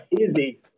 Easy